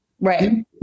Right